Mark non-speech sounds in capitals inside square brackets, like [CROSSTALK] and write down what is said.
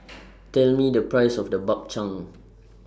[NOISE] Tell Me The Price of The Bak Chang